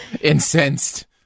incensed